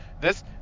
This-